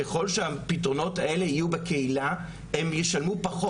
ככול שהפתרונות האלה יהיו בקהילה, הם ישלמו פחות.